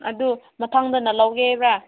ꯑꯗꯨ ꯃꯊꯪꯗꯅ ꯂꯧꯒꯦ ꯍꯥꯏꯕ꯭ꯔꯥ